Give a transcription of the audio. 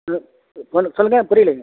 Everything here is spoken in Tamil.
சொ சொல் சொல்லுங்கள் புரியலைங்க